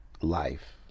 life